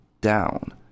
down